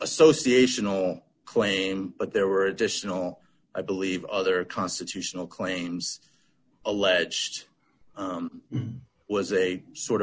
association claim but there were additional i believe other constitutional claims alleged was a sort of